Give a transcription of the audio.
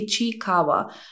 Ichikawa